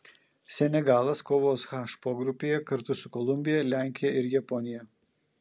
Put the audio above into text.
senegalas kovos h pogrupyje kartu su kolumbija lenkija ir japonija